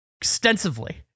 extensively